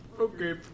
Okay